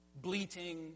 bleating